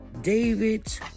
David